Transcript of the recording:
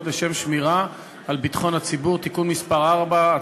לשם שמירה על ביטחון הציבור (תיקון מס' 4),